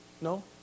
No